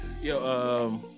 Yo